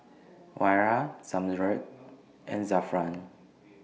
Wira Zamrud and Zafran